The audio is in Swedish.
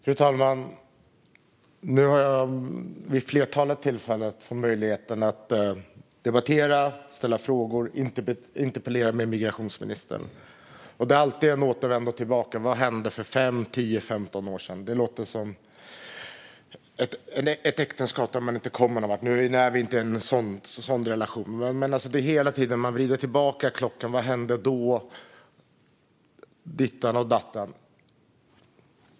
Fru talman! Jag har vid flera tillfällen fått möjligheten att interpellera, ställa frågor till och debattera med migrationsministern, och det blir alltid en vända tillbaka till vad som hände för 5, 10 eller 15 år sedan. Det är som ett äktenskap där man inte kommer någon vart - nu är vi inte i en sådan relation, men man vrider hela tiden tillbaka klockan och ser på vad som hände då och säger ditten och datten.